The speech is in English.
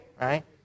right